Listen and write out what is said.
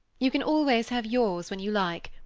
you can always have yours when you like,